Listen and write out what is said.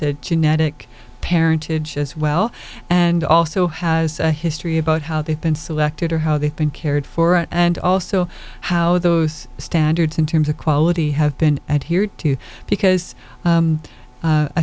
a genetic parentage as well and also has a history about how they've been selected or how they've been cared for and also how those standards in terms of quality have been adhered to because